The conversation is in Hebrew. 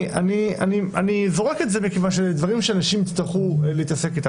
אני זורק את זה מכיוון שאלה דברים שאנשים יצטרכו להתעסק איתם.